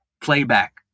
playback